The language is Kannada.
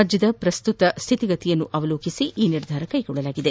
ರಾಜ್ಯದ ಪ್ರಸಕ್ತ ಸ್ಥಿತಿಗತಿಯನ್ನು ಅವಲೋಕಿಸಿ ಈ ನಿರ್ಧಾರ ಕೈಗೊಳ್ಳಲಾಗಿದೆ